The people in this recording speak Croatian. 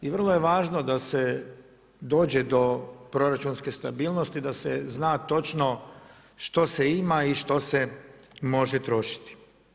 I vrlo je važno da se dođe do proračunske stabilnosti da se zna točno što se ima i što se može trošiti.